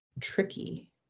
tricky